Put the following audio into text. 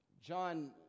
John